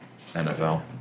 NFL